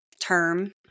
term